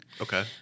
Okay